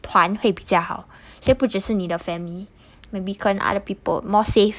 团会比较好所以不只是你的 family maybe 跟 other people more safe